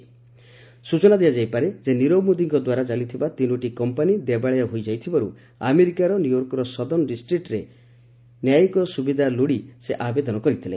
ସ୍କଚନା ଦିଆଯାଇ ପାରେ ଯେ ନିରବ ମୋଦୀଙ୍କ ଦ୍ୱାରା ଚାଲିଥିବା ତିନୋଟି କମ୍ପାନୀ ଦେବାଳିଆ ହୋଇଯାଇଥିବାରୁ ଆମେରିକାର ନ୍ୟୁୟର୍କର ସଦନ୍ ଡିଷ୍ଟ୍ରିକ୍ଟରେ ନ୍ୟାୟିକ ସୁରକ୍ଷା ଲୋଡି ସେ ଆବେଦନ କରିଥିଲେ